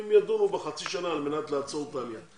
הם ידונו בה חצי שנה על מנת לעצור את העליה.